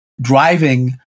driving